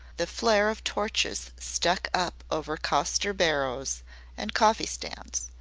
the flare of torches stuck up over coster barrows and coffee-stands,